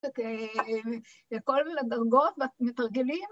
את כל הדרגות ואת מתרגלים